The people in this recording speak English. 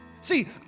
See